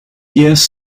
ears